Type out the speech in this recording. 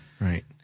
right